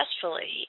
successfully